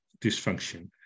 dysfunction